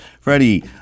Freddie